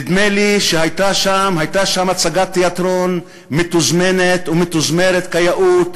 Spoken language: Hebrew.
נדמה לי שהייתה שם הצגת תיאטרון מתוזמנת ומתוזמרת כיאות,